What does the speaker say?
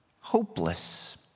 hopeless